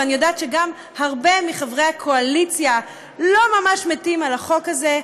ואני יודעת שגם הרבה מחברי הקואליציה לא ממש מתים על החוק הזה,